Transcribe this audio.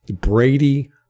Brady